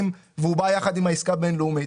והוא בא יחד עם העסקה הבינלאומית,